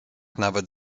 nawet